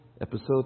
episode